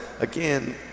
again